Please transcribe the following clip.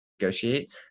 negotiate